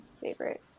favorite